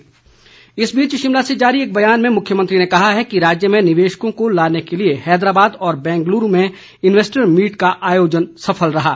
मुख्यमंत्री इस बीच शिमला से जारी एक बयान में मुख्यमंत्री ने कहा कि राज्य में निवेशकों को लाने के लिए हैदराबाद और बैंगलुरू में इन्वैस्टर मीट का आयोजन सफल रहा है